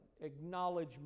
acknowledge